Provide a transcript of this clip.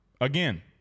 Again